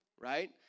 right